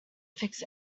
fix